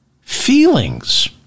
Feelings